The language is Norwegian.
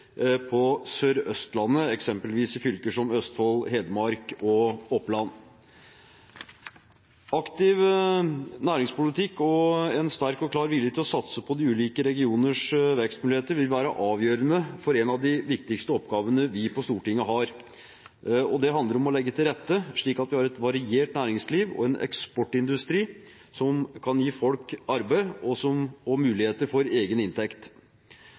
på Sør-Østlandet, eksempelvis i fylker som Østfold, Hedmark og Oppland. Aktiv næringspolitikk og en sterk og klar vilje til å satse på de ulike regioners vekstmuligheter vil være avgjørende for en av de viktigste oppgavene vi har på Stortinget. Det handler om å legge til rette slik at vi har et variert næringsliv og en eksportindustri som kan gi folk arbeid og muligheter til egen inntekt.